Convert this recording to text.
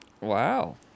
Wow